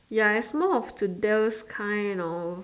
ya it's more of those kind of